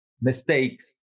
mistakes